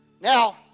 Now